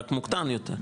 רק מוקטן יותר,